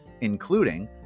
including